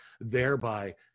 thereby